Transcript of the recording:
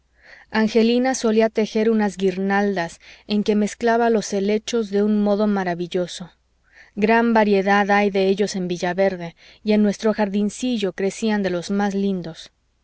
angelina solía tejer unas guirnaldas en que mezclaba los helechos de un modo maravilloso gran variedad hay de ellos en villaverde y en nuestro jardincillo crecían de los más lindos